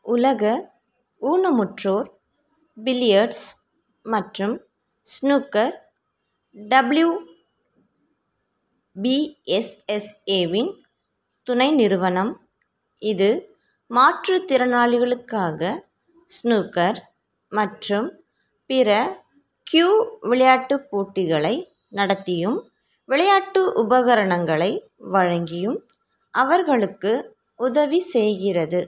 உலக ஊனமுற்றோர் பில்லியர்ட்ஸ் மற்றும் ஸ்னூக்கர் டபிள்யூபிஎஸ்எஸ்ஏவின் துணை நிறுவனம் இது மாற்றுத்திறனாளிகளுக்காக ஸ்னூக்கர் மற்றும் பிற க்யூ விளையாட்டுப் போட்டிகளை நடத்தியும் விளையாட்டு உபகரணங்களை வழங்கியும் அவர்களுக்கு உதவி செய்கிறது